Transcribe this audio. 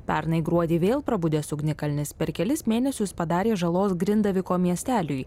pernai gruodį vėl prabudęs ugnikalnis per kelis mėnesius padarė žalos grindaviko miesteliui